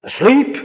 Asleep